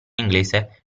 inglese